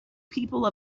people